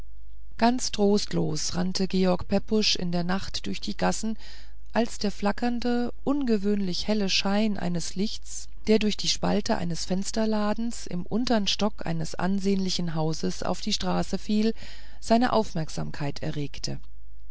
ganz trostlos rannte herr george pepusch in der nacht durch die gassen als der flackernde ungewöhnlich helle schein eines lichts der durch die spalte eines fensterladen im untern stock eines ansehnlichen hauses auf die straße fiel seine aufmerksamkeit erregte